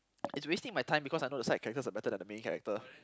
it's wasting my time because I know the side characters are better than the main character